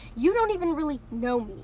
you don't even really know